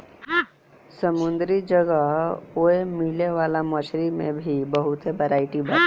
समुंदरी जगह ओए मिले वाला मछरी में भी बहुते बरायटी बाटे